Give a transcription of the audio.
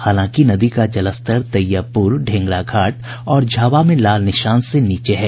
हालांकि नदी का जलस्तर तैयबपुर ढेंगरा घाट और झावा में लाल निशान से नीचे है